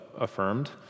affirmed